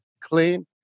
clean